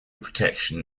protection